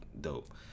dope